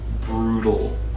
brutal